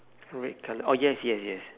red colour oh yes yes yes